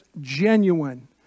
genuine